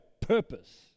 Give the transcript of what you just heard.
purpose